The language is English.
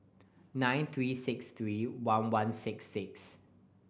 nine three six three one one six six